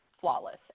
flawless